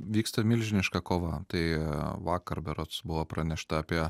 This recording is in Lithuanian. vyksta milžiniška kova tai vakar berods buvo pranešta apie